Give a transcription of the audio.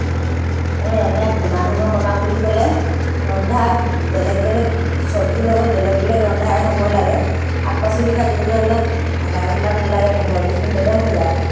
মই ৰন্ধাত কিমান সময় কটাওঁ বুলি ক'লে ৰন্ধাত বেলেগ বেলেগ চবজিৰ লগত বেলেগ বেলেগ ৰন্ধাৰ সময় লাগে শাক পাচলি ভাজিবলৈ হ'লে আধা ঘণ্টা নালাগে পোন্ধৰ বিছ মিনিটতে হৈ যায়